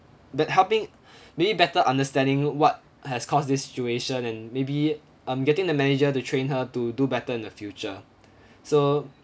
that helping maybe better understanding what has caused this situation and maybe I'm getting the manager to train her to do better in the future so